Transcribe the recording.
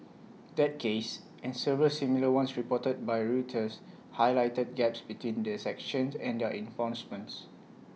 that case and several similar ones reported by Reuters Highlighted Gaps between the sanctions and their enforcements